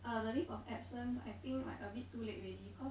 uh the leave of absence I think like a bit too late already cause